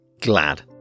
glad